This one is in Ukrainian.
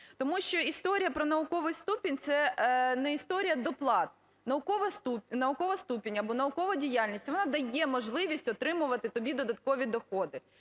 тому що історія про науковий ступінь - це не історія доплат. Наукова ступінь, або наукова діяльність, вона дає можливість отримувати тобі додаткові доходи